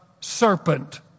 serpent